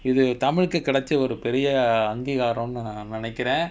இது:ithu tamil கு கிடச்ச ஒரு பெரிய அங்கிகாரோன்னு நா நெனைகுர:ku kidacha oru periya angikaaronu naa ninaikura